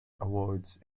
awards